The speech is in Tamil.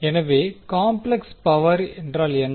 எனவே காம்ப்ளெக்ஸ் பவர் என்ன